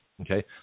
Okay